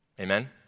Amen